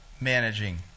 managing